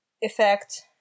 effect